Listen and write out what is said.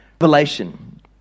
Revelation